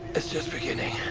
it's just beginning.